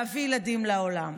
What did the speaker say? להביא ילדים לעולם.